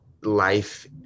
life